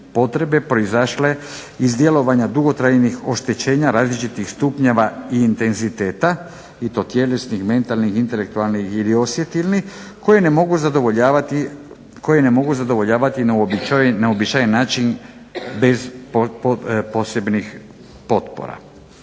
proizašle iz djelovanja dugotrajnih oštećenja različitih stupnjeva intenziteta i to tjelesnih, mentalnih, intelektualnih ili osjetilnih koje ne mogu zadovoljavati na uobičajen način bez posebnih potpora.